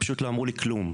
פשוט לא אמרו לי כלום.